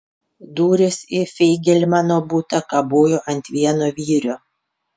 durys į feigelmano butą kabojo ant vieno vyrio